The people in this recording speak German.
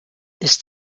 ist